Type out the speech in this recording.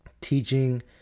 teaching